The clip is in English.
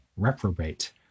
reprobate